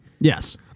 Yes